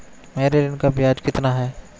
मेरे ऋण का ब्याज कितना है?